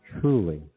truly